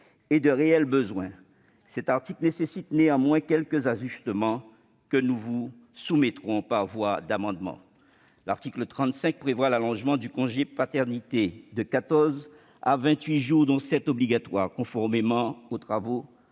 et à de réels besoins. Cet article nécessite néanmoins quelques ajustements, que nous vous soumettrons par voie d'amendement. L'article 35 prévoit l'allongement du congé paternité de quatorze à vingt-huit jours, dont sept obligatoires, conformément aux travaux